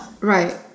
Right